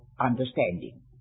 understanding